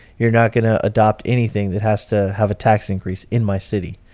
you're not going to adopt anything that has to have a tax increase in my city.